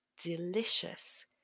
delicious